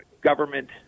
government